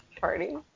party